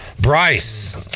Bryce